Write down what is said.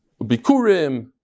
Bikurim